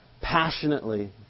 passionately